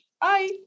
Bye